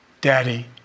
Daddy